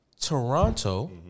Toronto